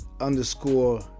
underscore